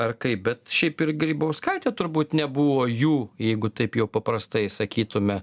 ar kaip bet šiaip ir grybauskaitė turbūt nebuvo jų jeigu taip jau paprastai sakytume